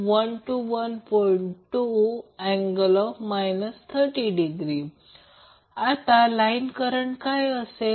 2∠ 30° आता line current काय असेल